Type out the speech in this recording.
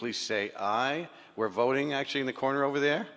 please say i were voting actually in the corner over there